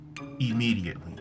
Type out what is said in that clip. immediately